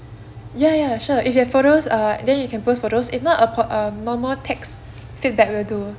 ya ya sure if you have photos err then you can post photos if not a po~ um normal text feedback will do